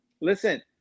Listen